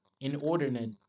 inordinate